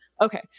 okay